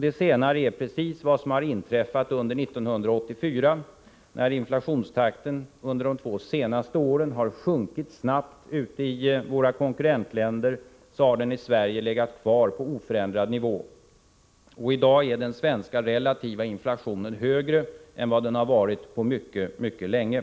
Det senare är precis vad som har inträffat under 1984. När inflationstakten under de två senaste åren har sjunkit snabbt ute i våra konkurrentländer, har den i Sverige legat kvar på oförändrad nivå. I dag är den svenska relativa inflationen högre än vad den har varit på mycket, mycket länge.